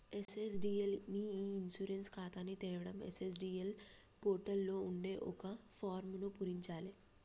NSDL మీ e insurance ఖాతాని తెరవడం ఎన్.ఎస్.డి.ఎల్ పోర్టల్ లో ఉండే ఒక ఫారమ్ను పూరించాలే